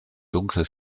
dunkel